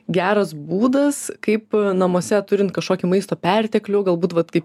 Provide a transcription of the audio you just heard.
geras būdas kaip namuose turint kažkokį maisto perteklių galbūt vat kaip